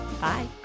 Bye